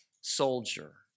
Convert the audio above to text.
soldier